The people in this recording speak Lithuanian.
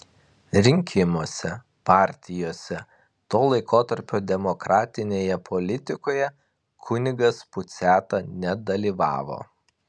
rinkimuose partijose to laikotarpio demokratinėje politikoje kunigas puciata nedalyvavo